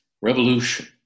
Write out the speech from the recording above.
Revolution